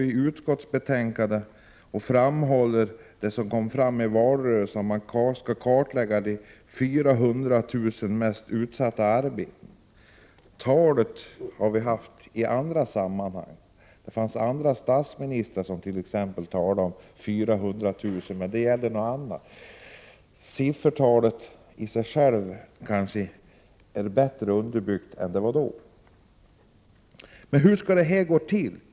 I betänkandet framhålls, och detta kom också fram i valrörelsen, att man skall kartlägga de 400 000 mest utsatta arbetena. Det talet har vi dock hört i andra sammanhang. Andra statsministrar har ju nämnt siffran 400 000 —- men då gällde det någonting annat. Siffran i sig är kanske bättre underbyggd nu än då. Hur skall alltså det här gå till?